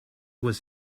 was